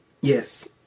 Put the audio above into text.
Yes